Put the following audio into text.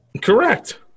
correct